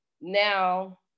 Now